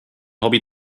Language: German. hobby